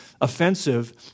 offensive